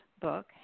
book